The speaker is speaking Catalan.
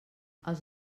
els